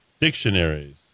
dictionaries